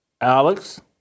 Alex